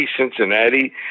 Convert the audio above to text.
Cincinnati